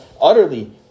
utterly